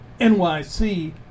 NYC